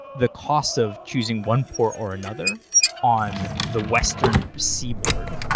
the cost of choosing one port or another on the western seaboard,